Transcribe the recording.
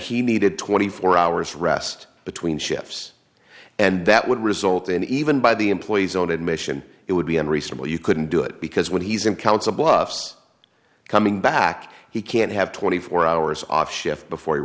he needed twenty four hours rest between shifts and that would result in even by the employee's own admission it would be unreasonable you couldn't do it because when he's in council bluffs coming back he can't have twenty four hours off shift before he